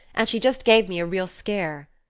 and she just gave me a real scare.